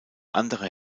andere